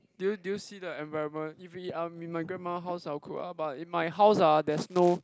do you do you see the environment if we are in my grandma house I will cook ah but in my house uh there's no